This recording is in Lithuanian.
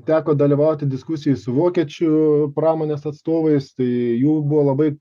teko dalyvauti diskusijoj su vokiečių pramonės atstovais tai jų buvo labai